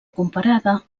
comparada